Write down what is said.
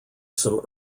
some